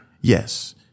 Yes